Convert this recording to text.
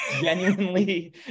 genuinely